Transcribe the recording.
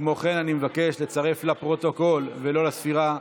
כמו כן, אני מבקש לצרף לפרוטוקול, ולא לספירה,